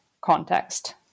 context